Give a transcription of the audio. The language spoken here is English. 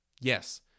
Yes